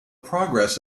progress